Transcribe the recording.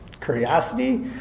curiosity